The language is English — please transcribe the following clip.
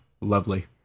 Lovely